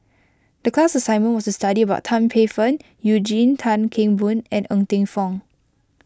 the class assignment was to study about Tan Paey Fern Eugene Tan Kheng Boon and Ng Teng Fong